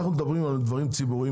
אנחנו מדברים על דברים ציבוריים,